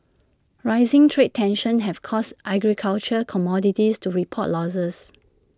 rising trade tensions have caused agricultural commodities to report losses